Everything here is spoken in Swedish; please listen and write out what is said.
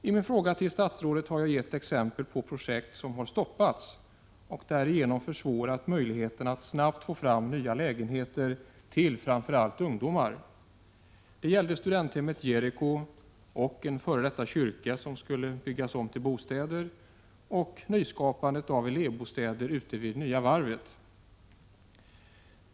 I min fråga till statsrådet har jag gett exempel på projekt som har stoppats och därigenom försvårat möjligheterna att snabbt få fram nya lägenheter till framför allt ungdomar. Det gäller studenthemmet Jeriko, en f. d. kyrka som skulle byggas om till bostäder och nyskapandet av elevbostäder vid Nya Varvet.